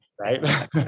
Right